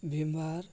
Bhimbar